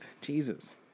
Jesus